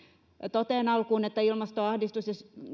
totean alkuun että ilmastoahdistus